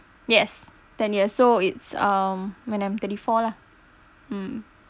yes ten years so it's um when I'm thirty four lah mm